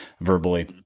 verbally